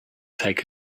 take